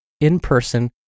in-person